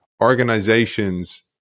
organizations